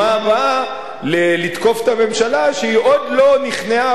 ובמשפט הבא לתקוף את הממשלה שהיא עוד לא נכנעה